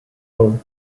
role